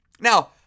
Now